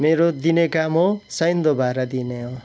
मेरो दिने काम हो चाहिँदो भाडा दिने हो